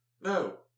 No